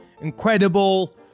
incredible